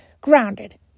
grounded